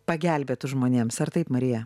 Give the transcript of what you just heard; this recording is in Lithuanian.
pagelbėtų žmonėms ar taip marija